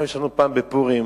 אנחנו, יש לנו פעם, בפורים,